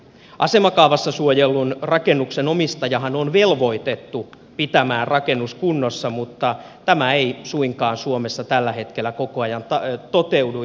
asemakaavassa suojellun rakennuksen omistajahan on velvoitettu pitämään rakennus kunnossa mutta tämä ei suinkaan suomessa tällä hetkellä koko ajan toteudu